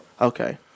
Okay